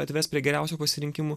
atves prie geriausių pasirinkimų